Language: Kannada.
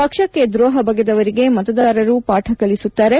ಪಕ್ಷಕ್ಕೆ ದ್ರೋಹ ಬಗೆದವರಿಗೆ ಮತದಾರರು ಪಾಠ ಕಲಿಸುತ್ತಾರೆ